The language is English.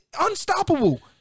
Unstoppable